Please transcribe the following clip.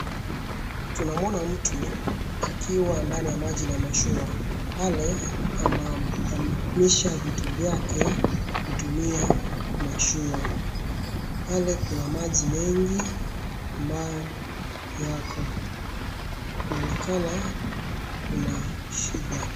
Tunamuona mtu akiwa ndani ya maji na mashua. Pale anahamisha vitu vyake kutumia mashua. Pale kuna maji mengi ambao yako kunaonekana kuna shida.